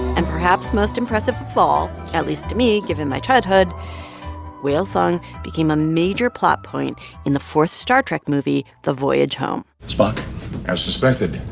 and perhaps most impressive of all at least to me, given my childhood whale song became became a major plot point in the fourth star trek movie, the voyage home. spock as suspected,